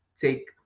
Take